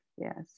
yes